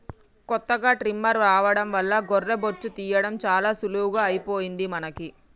కొత్తగా ట్రిమ్మర్ రావడం వల్ల గొర్రె బొచ్చు తీయడం చాలా సులువుగా అయిపోయింది మనకి